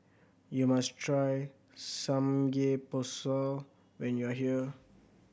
you must try Samgyeopsal when you are here